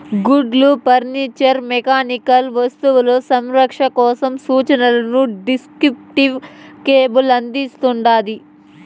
గుడ్డలు furniture mechanical వస్తువులు సంరక్షణ కోసం సూచనలని డిస్క్రిప్టివ్ లేబుల్ అందిస్తాండాది